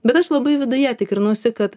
bet aš labai viduje tikrinausi kad